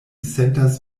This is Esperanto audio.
sentas